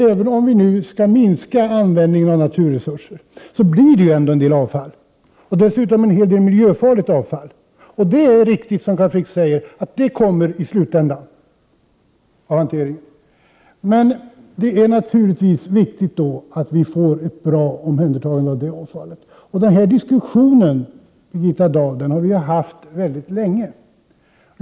Även om vi skall minska användningen av naturresurser, blir det ändå en del avfall, däribland en hel del miljöfarligt avfall. Det är riktigt, som Carl Frick säger, att det kommer i slutändan av hanteringen, men det är naturligtvis viktigt att vi får ett bra omhändertagande av det avfallet. Denna diskussion har vi, Birgitta Dahl, fört mycket länge.